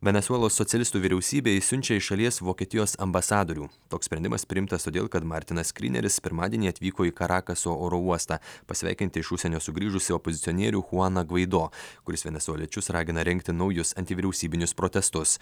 venesuelos socialistų vyriausybė išsiunčia iš šalies vokietijos ambasadorių toks sprendimas priimtas todėl kad martinas kryneris pirmadienį atvyko į karakaso oro uostą pasveikinti iš užsienio sugrįžusį opozicionierių chuaną gvaido kuris venesueliečius ragina rengti naujus antivyriausybinius protestus